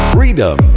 Freedom